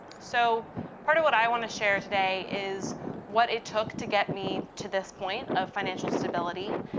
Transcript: so part of what i want to share today is what it took to get me to this point of financial stability.